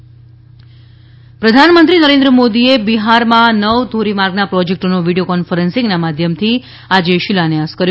પ્રધાનમંત્રી બિહાર પ્રધાનમંત્રી નરેન્દ્ર મોદીએ બિહારમાં નવ ધોરીમાર્ગના પ્રોજેકટોનો વીડીયો કોન્ફરન્સીંગના માધ્યમથી આજે શિલાન્યાસ કર્યો